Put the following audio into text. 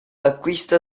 acquista